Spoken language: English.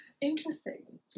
interesting